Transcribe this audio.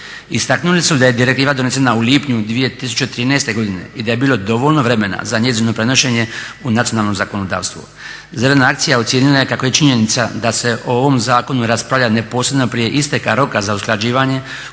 Istaknuli su da je direktiva donesena u lipnju 2013. godine i da je bilo dovoljno vremena za njezino prenošenje u nacionalno zakonodavstvo. "Zelena akcija" ocijenila je kako je činjenica da se o ovom zakonu raspravlja neposredno prije isteka roka za usklađivanje